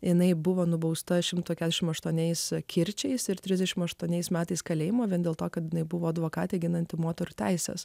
jinai buvo nubausta šimto keturiasdešimt aštuoniais kirčiais ir trisdešim aštuoniais metais kalėjimo vien dėl to kad jinai buvo advokatė ginanti moterų teises